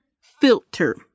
filter